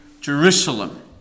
Jerusalem